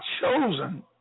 chosen